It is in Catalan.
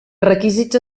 requisits